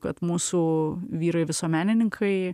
kad mūsų vyrai visuomenininkai